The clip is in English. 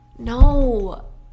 no